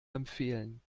empfehlen